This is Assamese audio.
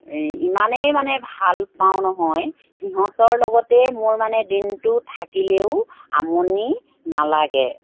ইমানেই মানে ভালপাওঁ নহয় সিহঁতৰ লগতে মোৰ মানে দিনটো থাকিলেও আমনি নালাগে